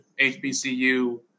HBCU